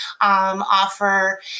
offer